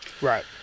Right